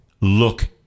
Look